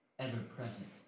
ever-present